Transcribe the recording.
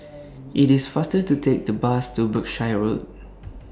IT IS faster to Take The Bus to Berkshire Road